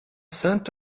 scent